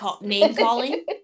name-calling